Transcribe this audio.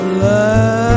love